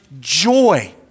joy